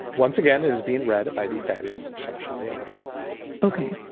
once again and is being read by the fabulous socially and hard ok,